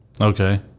Okay